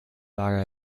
lager